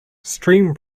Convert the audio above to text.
stream